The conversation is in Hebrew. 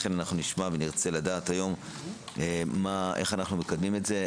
לכן נרצה לדעת היום איך אנו מקדמים את זה.